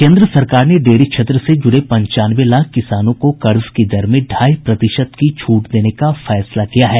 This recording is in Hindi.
केन्द्र सरकार ने डेयरी क्षेत्र से जुड़े पंचानवे लाख किसानों को कर्ज की दर में ढाई प्रतिशत की छूट देने का फैसला किया है